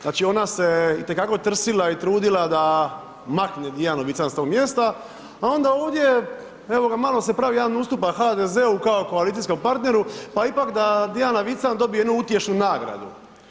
Znači ona se itekako trsila i trudila da makne Dijanu Vican s tog mjesta, a onda ovdje, evo ga malo se pravi jedan ustupak HDZ-u kao koalicijsku partneru, pa ipak da Dijana Vican dobije jednu utješnu nagradu.